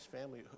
family